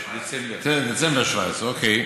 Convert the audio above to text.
בדצמבר 2017. אוקיי.